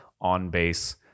on-base